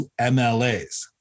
MLAs